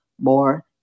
more